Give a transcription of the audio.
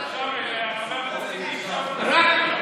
חבר הכנסת טיבי,